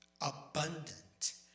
abundant